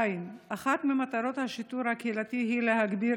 2. אחת ממטרות השיטור הקהילתי היא להגביר